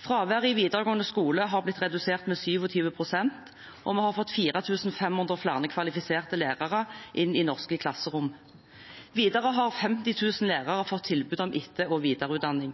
Fraværet i videregående skole har blitt redusert med 27 pst., og vi har fått 4 500 flere kvalifiserte lærere inn i norske klasserom. Videre har 50 000 lærere fått tilbud om etter- og videreutdanning.